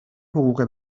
حقوق